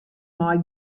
mei